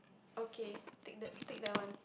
okay take that take that one